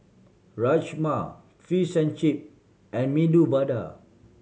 Rajma Fish and Chip and Medu Vada